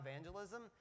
evangelism